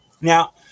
Now